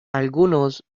algunos